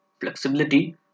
flexibility